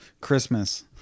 Christmas